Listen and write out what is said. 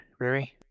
Riri